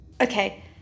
Okay